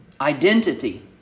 Identity